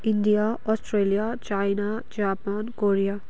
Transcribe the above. India Australia China Japan Korea